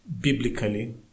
biblically